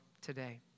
today